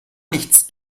nichts